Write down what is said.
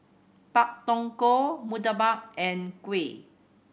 Pak Thong Ko murtabak and kuih